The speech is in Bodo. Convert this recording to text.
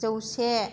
जौसे